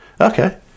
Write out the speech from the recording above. Okay